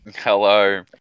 Hello